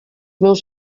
meus